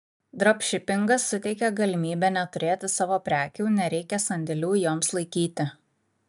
dropšipingas suteikia galimybę neturėti savo prekių nereikia sandėlių joms laikyti